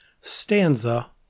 stanza